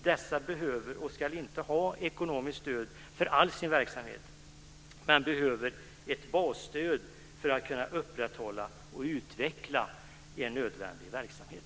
De behöver inte och ska inte ha ekonomiskt stöd för all sin verksamhet, men de behöver ett basstöd för att kunna upprätthålla och utveckla en nödvändig verksamhet.